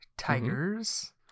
tigers